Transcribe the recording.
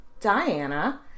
Diana